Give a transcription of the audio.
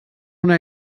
una